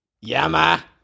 Yama